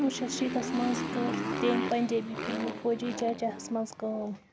کُنوُہ شیٖتس منٛز تس منٛز کٔر تٔمۍ پنجابی فلمہِ فوجی چاچا ہَس منٛز کٲم